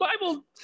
Bible